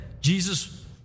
Jesus